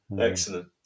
Excellent